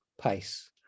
pace